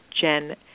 Jen